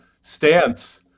stance